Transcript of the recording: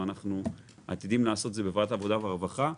ואנחנו עתידים לעשות את זה בוועדת העבודה והרווחה.